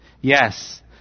Yes